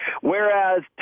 whereas